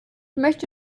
möchte